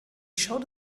schaut